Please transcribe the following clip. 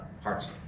Heart's